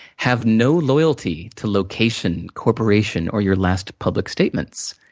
have no loyalty to location, corporation, or your last public statements.